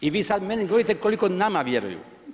I vi sad meni govorite koliko nama vjeruju.